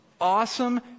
awesome